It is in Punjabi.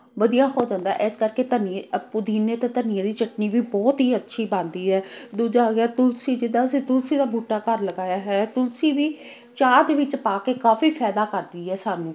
ਵਧੀਆ ਹੋ ਜਾਂਦਾ ਇਸ ਕਰਕੇ ਧਨੀਏ ਪੁਦੀਨੇ ਅਤੇ ਧਨੀਏ ਦੀ ਚਟਨੀ ਵੀ ਬਹੁਤ ਹੀ ਅੱਛੀ ਬਣਦੀ ਹੈ ਦੂਜਾ ਆ ਗਿਆ ਤੁਲਸੀ ਜਿੱਦਾਂ ਅਸੀਂ ਤੁਲਸੀ ਦਾ ਬੂਟਾ ਘਰ ਲਗਾਇਆ ਹੋਇਆ ਤੁਲਸੀ ਵੀ ਚਾਹ ਦੇ ਵਿੱਚ ਪਾ ਕੇ ਕਾਫੀ ਫਾਇਦਾ ਕਰਦੀ ਹੈ ਸਾਨੂੰ